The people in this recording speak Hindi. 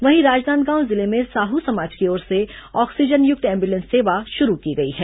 वहीं राजनांदगांव जिले मे साहू समाज की ओर से ऑक्सीजन युक्त एम्बुलेंस सेवा शुरू की गई है